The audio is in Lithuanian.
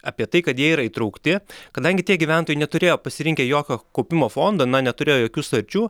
apie tai kad jie yra įtraukti kadangi tie gyventojai neturėjo pasirinkę jokio kaupimo fondo na neturėjo jokių sutarčių